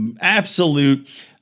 absolute